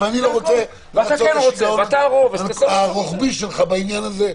ואני לא רוצה לרצות את השיגעון הרוחבי שלך בעניין הזה.